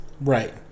Right